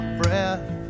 breath